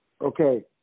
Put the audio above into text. Okay